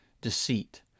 deceit